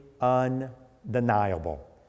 undeniable